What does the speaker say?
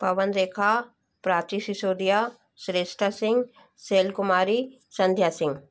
Pawan Rekha Prachi Sisodia Shreshta Singh Shail Kumari Sandhya Singh